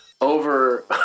over